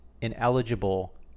ineligible